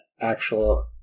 actual